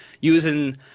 using